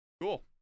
Cool